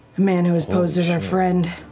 man who was posed as our friend,